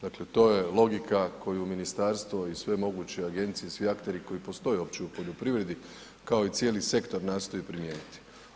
Dakle, to je logika koju ministarstvo i sve moguće agencije i svi akteri koji postoje uopće u poljoprivredi kao i cijeli sektor nastoje primijeniti.